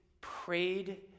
prayed